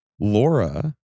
Laura